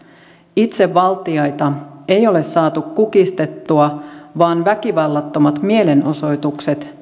itsevaltiaita ei ole saatu kukistettua vaan väkivallattomat mielenosoitukset